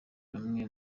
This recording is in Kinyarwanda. hamwe